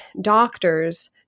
doctors